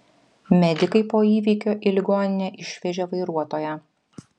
medikai po įvykio į ligoninę išvežė vairuotoją